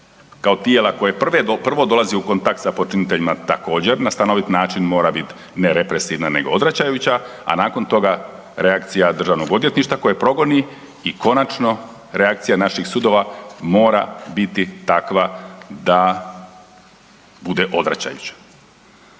kao tijela koje prvo dolazi u kontakt sa počiniteljima također na stanovit način mora biti ne represiv na nego odvraćajuća, a nakon toga reakcija državnog odvjetništva koje progoni i konačno reakcija naših sudova mora biti takva bude odvraćajuća.